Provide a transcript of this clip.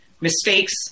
mistakes